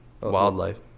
wildlife